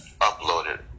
uploaded